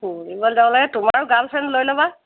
ফুৰিব যাব লাগে তোমাৰো গাৰ্লফ্ৰেণ্ড লৈ ল'বা